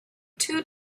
two